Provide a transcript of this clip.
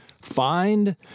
find